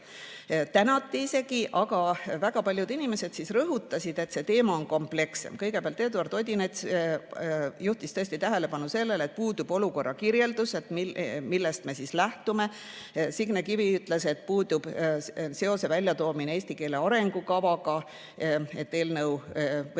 Tänati isegi. Aga väga paljud inimesed rõhutasid, et see teema on komplekssem. Kõigepealt juhtis Eduard Odinets tähelepanu sellele, et puudub olukorra kirjeldus, millest me lähtume. Signe Kivi ütles, et puudub seose väljatoomine eesti keele arengukavaga, et eelnõu on